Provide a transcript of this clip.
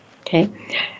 Okay